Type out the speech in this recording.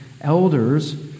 elders